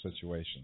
situation